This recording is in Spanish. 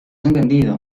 entendido